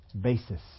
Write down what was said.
basis